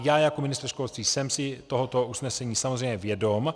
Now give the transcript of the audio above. Já jako ministr školství jsem si tohoto usnesení samozřejmě vědom.